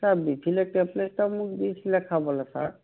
sir Bifilac tablet এটা মোক দিছিলে খাবলৈ ছাৰ